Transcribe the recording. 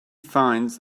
finds